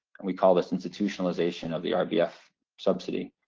and we call this institutionalization of the rbf subsidy.